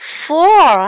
four